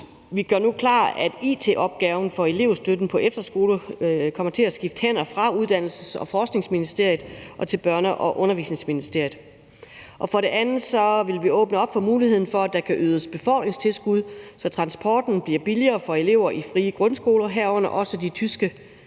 nu gør klart, at it-opgaven for elevstøtten på efterskoler kommer til at skifte hænder fra Uddannelses- og Forskningsministeriet til Børne- og Undervisningsministeriet. For det andet vil vi åbne op for muligheden for, at der kan ydes befordringstilskud, så transporten bliver billigere for elever i frie grundskoler, herunder også de tyske